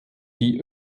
die